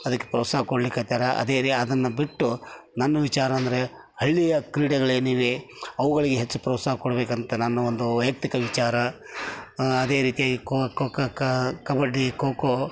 ಅದಕ್ಕೆ ಪ್ರೋತ್ಸಾಹ ಕೊಡ್ಲಿಕ್ಕೆ ಹತ್ಯಾರ ಅದೇ ಅದನ್ನು ಬಿಟ್ಟು ನನ್ನ ವಿಚಾರ ಅಂದರೆ ಹಳ್ಳಿಯ ಕ್ರೀಡೆಗಳೇನಿವೆ ಅವುಗಳಿಗೆ ಹೆಚ್ಚು ಪ್ರೋತ್ಸಾಹ ಕೊಡಬೇಕು ಅಂತ ನಾನು ಒಂದು ವೈಯಕ್ತಿಕ ವಿಚಾರ ಅದೇ ರೀತಿಯಾಗಿ ಕೋಕೋ ಕ್ಕಕ್ಕ ಕಬಡ್ಡಿ ಕೋಕ್ಕೋ